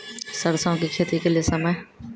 सरसों की खेती के लिए समय?